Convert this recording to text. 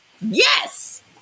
Yes